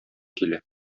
килә